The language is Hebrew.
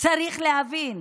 צריך להבין: